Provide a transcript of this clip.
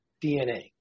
DNA